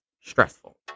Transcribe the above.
stressful